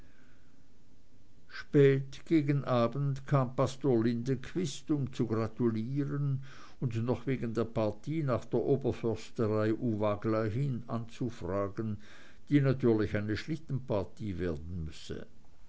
spät gegen abend kam pastor lindequist um zu gratulieren und noch wegen der partie nach der oberförsterei uvagla hin anzufragen die natürlich eine schlittenpartie werden müsse